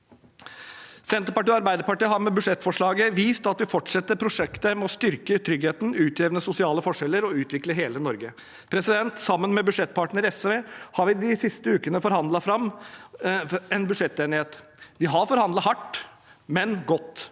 Senterpartiet og Arbeiderpartiet har med budsjettforslaget vist at vi fortsetter prosjektet med å styrke tryggheten, utjevne sosiale forskjeller og utvikle hele Norge. Sammen med budsjettpartner SV har vi de siste ukene forhandlet fram en budsjettenighet. Vi har forhandlet hardt, men godt,